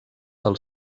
del